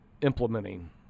implementing